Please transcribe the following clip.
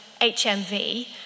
HMV